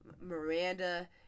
Miranda